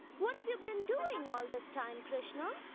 what have you been doing all this time, krishna?